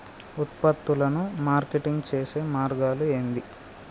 ఉత్పత్తులను మార్కెటింగ్ చేసే మార్గాలు ఏంది?